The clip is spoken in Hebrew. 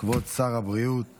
כבוד שר הבריאות